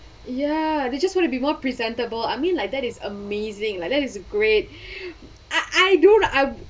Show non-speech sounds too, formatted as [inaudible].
ya they just wanna be more presentable I mean like that is amazing like that is great [breath] I I don't I